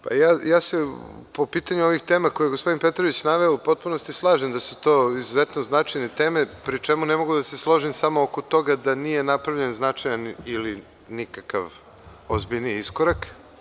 Po pitanju ovih tema koje je gospodin Petrović naveo, u potpunosti se slažem da su to izuzetno značajne teme, pri čemu ne mogu da se složim samo oko toga da nije napravljen značajan ili nikakav ozbiljniji iskorak.